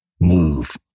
move